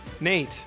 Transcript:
Nate